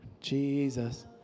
Jesus